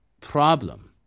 problem